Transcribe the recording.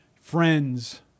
friends